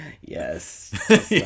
Yes